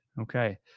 okay